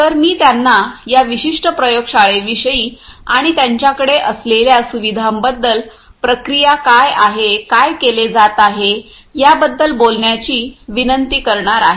तर मी त्यांना या विशिष्ट प्रयोगशाळेविषयी आणि त्यांच्याकडे असलेल्या सुविधांबद्दल प्रक्रिया काय आहे काय केले जात आहे याबद्दल बोलण्याची विनंती करणार आहे